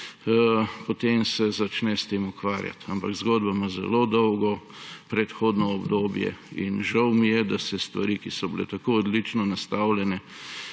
potem se začne s tem ukvarjati. Ampak zgodba ima zelo dolgo predhodno obdobje in žal mi je, da se stvari, ki so bile tako odlično nastavljene,